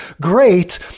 great